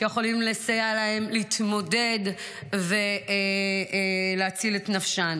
שיכולים לסייע להם להתמודד ולהציל את נפשן.